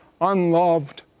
unloved